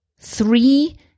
three